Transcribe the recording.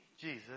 Jesus